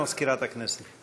הודעה למזכירת הכנסת.